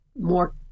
more